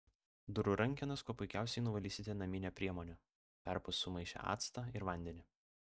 durų rankenas kuo puikiausiai nuvalysite namine priemone perpus sumaišę actą ir vandenį